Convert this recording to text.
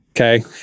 Okay